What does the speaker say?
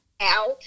out